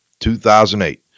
2008